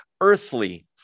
earthly